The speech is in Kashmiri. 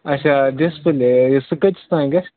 اچھا ڈِسپٕلیے سُہ کۭتِس تام گَژھِ